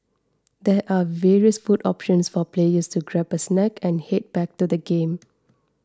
there are various food options for players to grab a snack and head back to the game